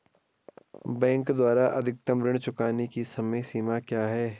Bank द्वारा अधिकतम ऋण चुकाने की समय सीमा क्या है?